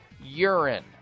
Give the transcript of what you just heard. urine